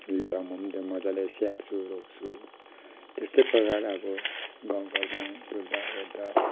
ल्याएर म पनि मज्जाले स्याहार्छु रोप्छु त्यस्तै प्रकार अब गाउँघरमा डुल्दा ओर्दा